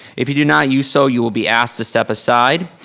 if you do not use so, you will be asked to step aside.